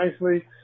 nicely